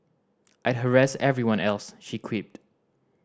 I'd harass everyone else she quipped